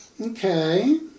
Okay